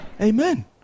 Amen